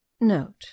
Note